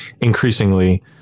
increasingly